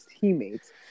teammates